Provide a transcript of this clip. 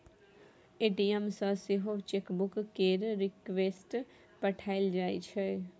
ATM सँ सेहो checkbook केर रिक्वेस्ट पठाएल जाइ छै